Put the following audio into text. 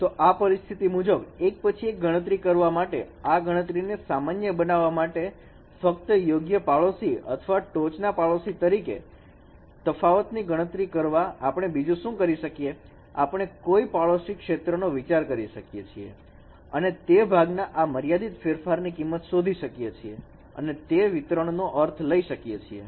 તો આ પરિસ્થિતિ મુજબ એક પછી એક ગણતરી કરવા માટે આ ગણતરીને સામાન્ય બનાવવા માટે ફક્ત યોગ્ય પાડોશી અથવા ટોચના પાડોશી તરીકે તફાવત ની ગણતરી કરવા આપણે બીજું શું કરી શકીએ આપણે કોઈ પાડોશી ક્ષેત્રનો વિચાર કરી શકીએ છીએ અને તે ભાગના આ મર્યાદિત ફેરફાર ની કિંમત શોધી શકીએ અને તે વિતરણ નો અર્થ લઈ શકીએ છીએ